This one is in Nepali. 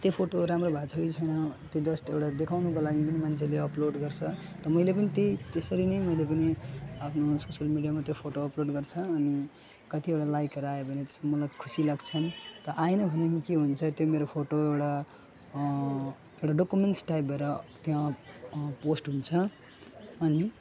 त्यो फोटो राम्रो भएको छ कि छैन त्यो जस्ट एउटा देखाउनुको लागि पनि मान्छेले अपलोड गर्छ त मैले पनि त्यही त्यसरी नै मैले पनि आफ्नो सोसियल मिडियामा त्यो फोटो अपलोड गर्छु अनि कतिवटा लाइकहरू आयो भने त्यसमा मलाई खुसी लाग्छ नि त आएन भने म के हुन्छ त्यो मेरो फोटो एउटा एउटा डकुमेन्ट्स टाइप भएर त्यहाँ पोस्ट हुन्छ अनि